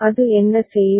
அது என்ன செய்யும்